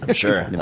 ah sure.